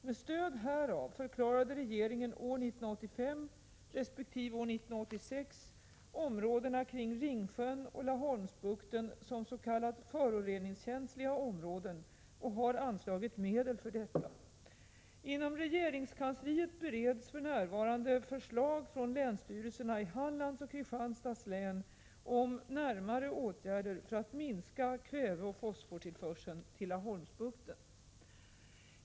Med stöd härav förklarade regeringen år 1985 resp. år 1986 områdena kring Ringsjön och Laholmsbukten som s.k. föroreningskänsliga områden och har anslagit medel för detta. Inom regeringskansliet bereds för närvarande förslag från länsstyrelserna i Hallands och Kristianstads län om närmare åtgärder för att minska kväveoch fosfortillförseln till Laholmsbukten.